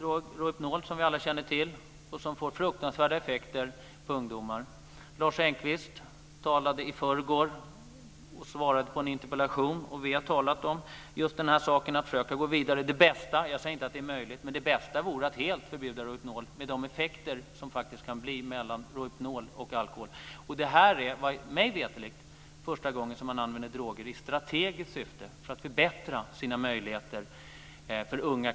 Rohypnol känner alla till. Det får fruktansvärda effekter på ungdomar. Lars Engqvist svarade i förrgår på en interpellation. Vi har talat om att försöka gå vidare med just detta. Jag säger inte att det är möjligt - men det bästa vore att helt förbjuda Rohypnol med tanke på de effekter som det får tillsammans med alkohol. Mig veterligen är detta första gången som man använder droger i strategiskt syfte - för att förbättra sina möjligheter att delta i bråk.